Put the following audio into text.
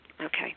Okay